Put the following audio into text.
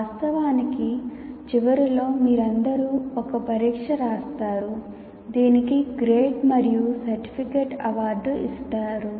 వాస్తవానికి చివరిలొ మీరందరూ ఒక పరీక్ష రాస్తారు దీనికి గ్రేడ్ మరియు సర్టిఫికేట్ అవార్డు చేస్తారు